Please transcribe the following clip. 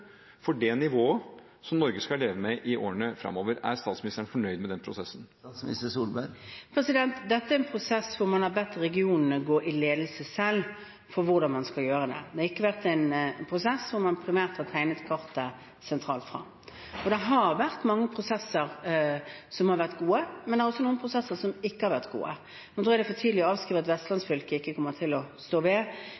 nivået som Norge skal leve med i årene framover? Er statsministeren fornøyd med den prosessen? Dette er en prosess hvor man har bedt regionene selv ta ledelsen når det gjelder hvordan man skal gjøre det. Det har ikke vært en prosess hvor man primært har tegnet kartet sentralt. Det har vært mange prosesser som har vært gode, men det er også noen prosesser som ikke har vært gode – men det er for tidlig å avskrive at